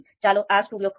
ચાલો R studio ખોલીએ